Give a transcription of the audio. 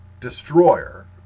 Destroyer